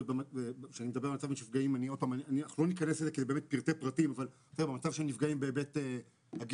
אנחנו לא ניכנס לזה כי אלה באמת פרטי-פרטים,